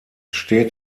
steht